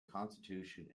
constitution